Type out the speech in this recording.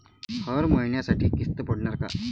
हर महिन्यासाठी किस्त पडनार का?